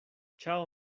chao